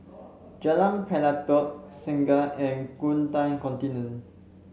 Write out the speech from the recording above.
Jalan Pelatok Segar and Gurkha Contingent